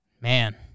Man